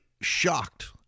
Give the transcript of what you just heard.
shocked